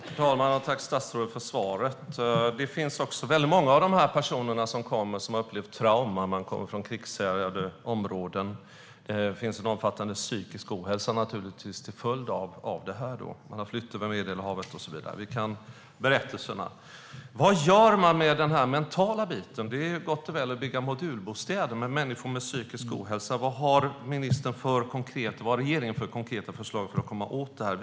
Herr talman! Jag tackar statsrådet för svaret. Många av de personer som kommer bär på trauman eftersom de har flytt från krigshärjade områden. Det finns en omfattande psykisk ohälsa till följd av flykten över Medelhavet och så vidare. Vi kan dessa berättelser. Vad gör man med den mentala biten? Det är gott och väl att man bygger modulbostäder, men vad har regeringen för konkreta förslag för att hjälpa människor med psykisk ohälsa?